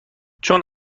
چون